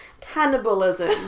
Cannibalism